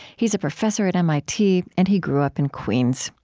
he's a professor at mit, and he grew up in queens.